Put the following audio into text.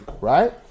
right